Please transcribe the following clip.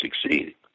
succeed